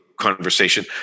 conversation